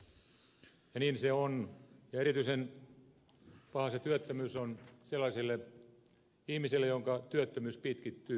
niin se on ja erityisen paha työttömyys on sellaiselle ihmiselle jonka työttömyys pitkittyy